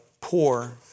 poor